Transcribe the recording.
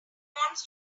wants